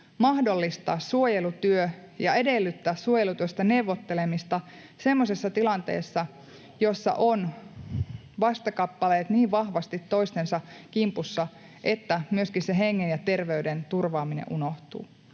mahdollistaa suojelutyö ja edellyttää suojelutyöstä neuvottelemista semmoisessa tilanteessa, jossa ovat vastakappaleet niin vahvasti toistensa kimpussa, että myöskin hengen ja terveyden turvaaminen unohtuu.